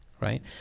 right